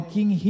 King